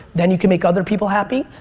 then you can make other people happy.